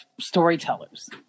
storytellers